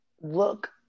look